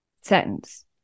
sentence